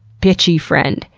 bitchy friend.